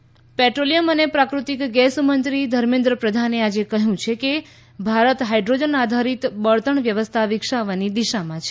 પ્રધાન hydrogen petroleum અને પ્રાકૃતિક ગેસમંત્રી ધર્મેન્દ્ર પ્રધાને આજે કહ્યું છે કે ભારત હાઈડ્ડીજન આધારિત બળતણ વ્યવસ્થા વિકસાવવાની દિશામાં છે